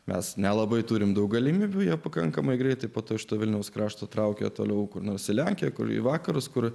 mes nelabai turime daug galimybių ją pakankamai greitai po to iš to vilniaus krašto traukė toliau kur nors į lenkiją kur į vakarus kur